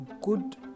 good